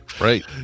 Right